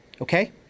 okay